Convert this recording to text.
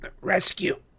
rescue